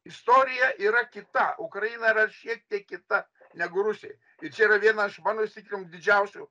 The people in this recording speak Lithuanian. istorija yra kita ukraina yra šiek tiek kita negu rusija ir čia yra vienas iš mano įsitikinimų didžiausių